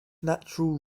natural